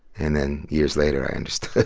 and then years later, i understood